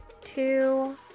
two